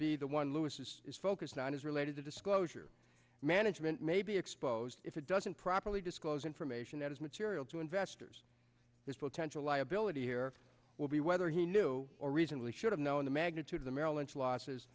be the one lewis is is focused on is related to disclosure management may be exposed if it doesn't properly disclose information that is material to investors this potential liability here will be whether he knew or reasonably should have known the magnitude of the merrill lynch losses